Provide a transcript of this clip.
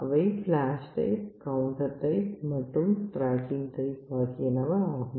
அவை flash type counter type மற்றும் tracking type ஆகியனவாகும்